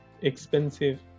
expensive